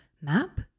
map